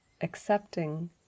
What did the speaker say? accepting